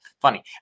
funny